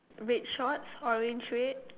red shorts orange red